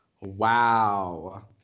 Wow